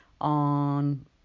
on